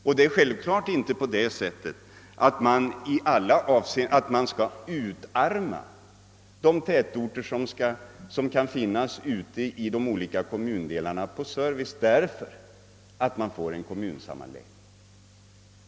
Givetvis är det inte på det sättet, att man skall utarma de tätorter som kan finnas ute i de olika kommundelarna på service för att man får en kommunsammanläggning.